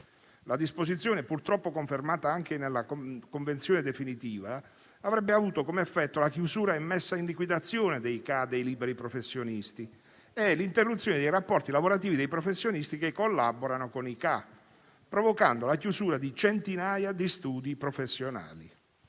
La disposizione, purtroppo confermata anche nella convenzione definitiva, avrebbe avuto come effetto la chiusura e messa in liquidazione dei CAA dei liberi professionisti e l'interruzione dei rapporti lavorativi dei professionisti che collaborano con i CAA, provocando la chiusura di centinaia di studi professionali.